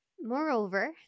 Moreover